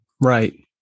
Right